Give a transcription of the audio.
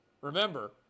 Remember